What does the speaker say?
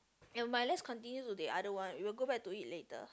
ya but let's continue to the other one we will go back to it later